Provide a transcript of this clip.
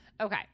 Okay